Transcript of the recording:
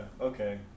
Okay